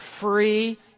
free